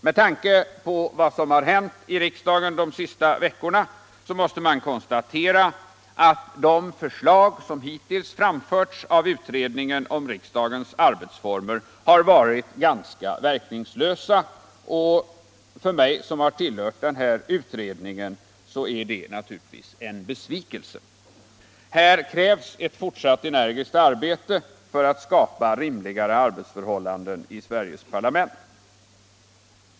Med tanke på vad som har hänt i riksdagen de senaste veckorna måste man konstatera att de förslag som hittills framförts av utredningen om riksdagens arbetsformer har varit ganska verkningslösa, och för mig som har deltagit i utredningen är detta naturligtvis en besvikelse. Här krävs ett fortsatt energiskt arbete för att skapa rimligare arbetsförhållanden i Sveriges parlament.